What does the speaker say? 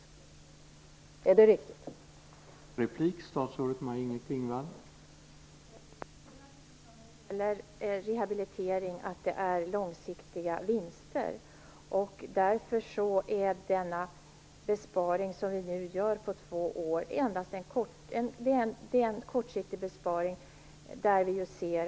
Är det riktigt?